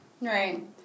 Right